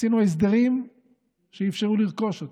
ועשינו הסדרים שאפשרו לרכוש אותם.